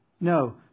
No